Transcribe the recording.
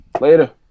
Later